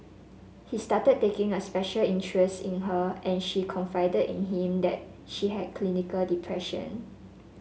he started taking a special interest in her and she confided in him that she had clinical depression